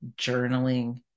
journaling